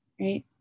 right